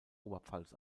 oberpfalz